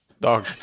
Dog